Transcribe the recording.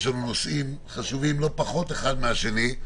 יש נושאים חשובים לא פחות אחד מהשני,